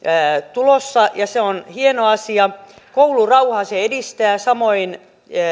tulossa ja se on hieno asia koulurauhaa se edistää samoin